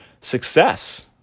success